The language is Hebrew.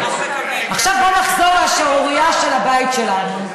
עכשיו בוא נחזור לשערורייה של הבית שלנו.